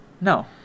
No